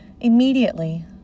Immediately